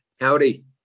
Howdy